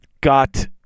got